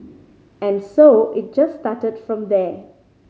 and so it just started from there